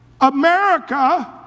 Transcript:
America